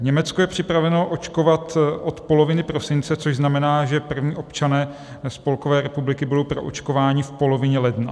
Německo je připraveno očkovat od poloviny prosince, což znamená, že první občané Spolkové republiky budou proočkováni v polovině ledna.